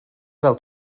fel